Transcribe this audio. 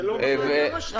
זה לא מה שקורה.